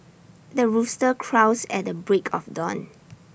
the rooster crows at the break of dawn